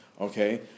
okay